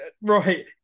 right